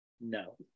No